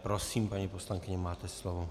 Prosím, paní poslankyně, máte slovo.